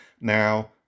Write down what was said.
Now